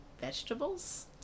vegetables